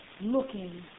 looking